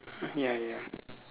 ya ya